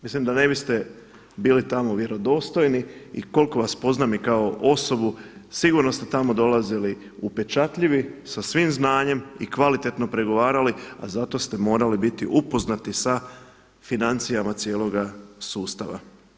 Mislim da ne biste bili tamo vjerodostojni i koliko vas poznam i kao osobu sigurno ste tamo dolazili upečatljivi, sa svim znanjem i kvalitetno pregovarali, a za to ste morali biti upoznati sa financijama cijeloga sustava.